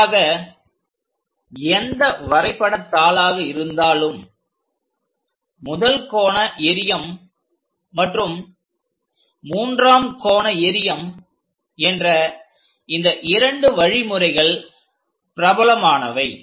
பொதுவாக எந்த வரைபடத்தாளாக இருந்தாலும் முதல் கோண எறியம் மற்றும் மூன்றாம் கோண எறியம் என்ற இந்த இரண்டு வழிமுறைகள் பிரபலமானவை